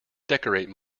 decorate